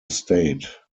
state